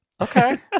Okay